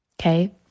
Okay